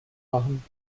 machen